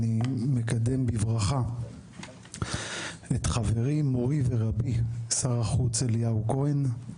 אני מקדם בברכה את חברי מורי ורבי שר החוץ אליהו כהן,